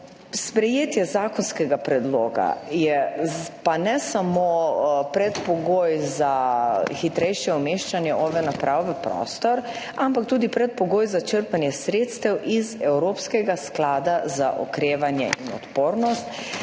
Sprejetje zakonskega predloga je pa ne samo predpogoj za hitrejše umeščanje naprav OVE v prostor, ampak tudi predpogoj za črpanje sredstev iz evropskega sklada za okrevanje in odpornost,